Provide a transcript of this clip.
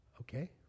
Okay